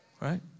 right